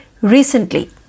recently